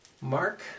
Mark